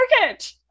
market